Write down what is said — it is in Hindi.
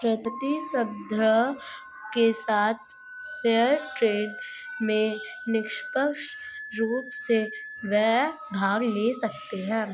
प्रतिस्पर्धा के साथ फेयर ट्रेड में निष्पक्ष रूप से वे भाग ले सकते हैं